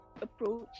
approach